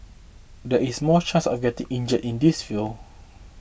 there is more chance of getting injured in this field